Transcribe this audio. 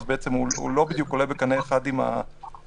הוא לא בדיוק עולה בקנה אחד עם מה